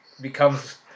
becomes